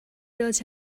builds